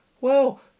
Well